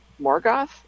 Morgoth